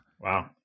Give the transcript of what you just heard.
Wow